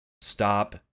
Stop